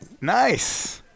Nice